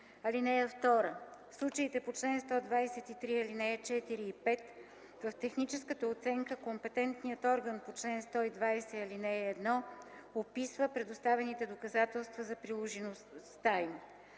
(2) В случаите по чл. 123, ал. 4 и 5 в техническата оценка компетентният орган по чл. 120, ал. 1 описва предоставените доказателства за приложимостта им.